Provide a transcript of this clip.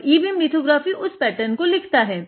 और e beam lithography उस pattern को लिखता है